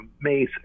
amazing